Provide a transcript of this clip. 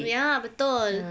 ya betul